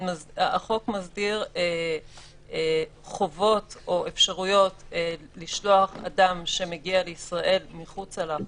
החוק מסדיר חובות או אפשרויות לשלוח אדם שמגיע לישראל מחוצה לה,